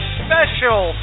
special